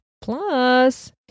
Plus